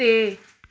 ਅਤੇ